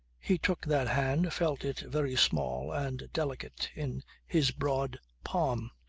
he took that hand, felt it very small and delicate in his broad palm.